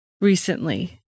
recently